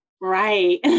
Right